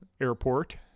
Airport